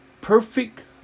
perfect